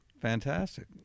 Fantastic